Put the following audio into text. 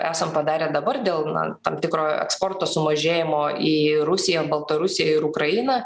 esam padarę dabar dėl na tam tikro eksporto sumažėjimo į rusiją baltarusiją ir ukrainą